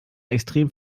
extrem